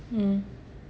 mm